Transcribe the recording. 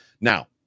Now